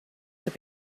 have